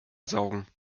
saugen